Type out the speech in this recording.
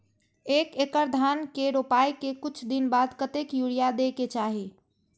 एक एकड़ धान के रोपाई के कुछ दिन बाद कतेक यूरिया दे के चाही?